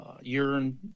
urine